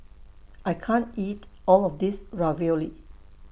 I can't eat All of This Ravioli